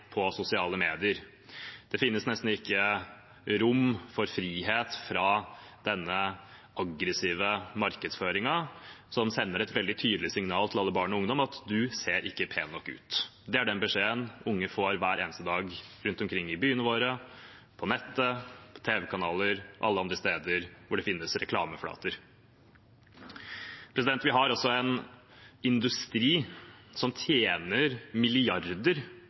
på sosiale medier. Det finnes nesten ikke rom for frihet fra denne aggressive markedsføringen, som sender et veldig tydelig signal til alle barn og ungdommer: Du ser ikke pen nok ut. Det er den beskjeden unge får hver eneste dag, rundt omkring i byene våre, på nettet, på tv-kanaler og alle andre steder hvor det finnes reklameflater. Vi har en industri som tjener milliarder